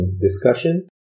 discussion